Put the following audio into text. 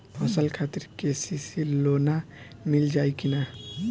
फसल खातिर के.सी.सी लोना मील जाई किना?